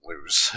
lose